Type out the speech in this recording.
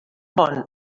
bon